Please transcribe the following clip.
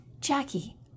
Jackie